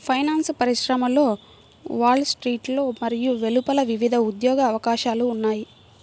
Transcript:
finance పరిశ్రమలో వాల్ స్ట్రీట్లో మరియు వెలుపల వివిధ ఉద్యోగ అవకాశాలు ఉన్నాయి